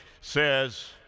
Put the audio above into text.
says